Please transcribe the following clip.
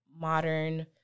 modern